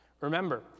Remember